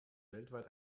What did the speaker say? weltweit